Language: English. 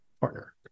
partner